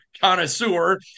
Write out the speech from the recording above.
connoisseur